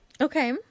Okay